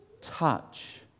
touch